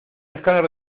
escáner